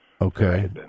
Okay